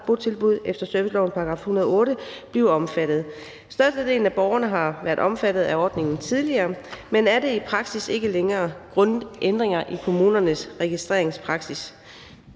botilbud efter servicelovens § 108, blive omfattet. Størstedelen af borgerne har været omfattet af ordningen tidligere, men er det i praksis ikke længere grundet ændringer i kommunernes registreringspraksis,